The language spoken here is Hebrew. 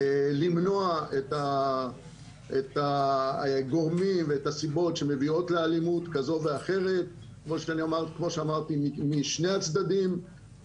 למנוע את הסיבות שמביאות לאלימות כזאת או אחרת משני הצדדים,